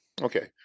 okay